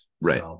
Right